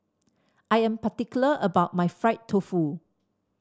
I am particular about my Fried Tofu